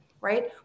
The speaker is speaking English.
right